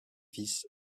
fils